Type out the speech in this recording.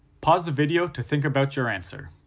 pause the video to think about your answer.